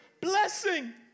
blessing